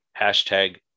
Hashtag